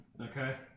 Okay